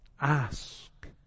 ask